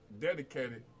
dedicated